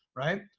right.